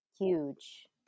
huge